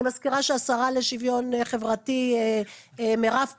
אני מזכירה שהשרה לשוויון חברתי מירב כהן,